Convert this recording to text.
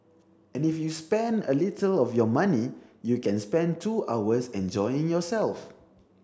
and if you spend a little of your money you can spend two hours enjoying yourself